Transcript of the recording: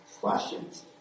questions